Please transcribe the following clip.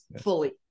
fully